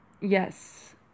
yes